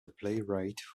playwright